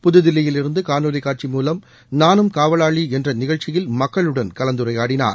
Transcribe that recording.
புத்தில்லியிலிருந்து காணொலிக்காட்சி மூலம் நானும் காவலாளி என்ற நிகழ்ச்சியில் மக்களுடன் கலந்துரையாடினார்